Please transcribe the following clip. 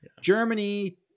Germany